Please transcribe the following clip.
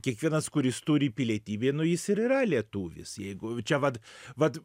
kiekvienas kuris turi pilietybę nu jis ir yra lietuvis jeigu čia vat vat